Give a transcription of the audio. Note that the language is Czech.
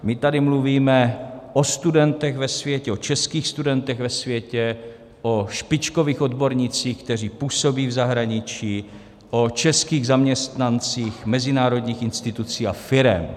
My tady mluvíme o studentech ve světě, o českých studentech ve světě, o špičkových odbornících, kteří působí v zahraničí, o českých zaměstnancích mezinárodních institucí a firem.